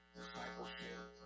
discipleship